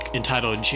entitled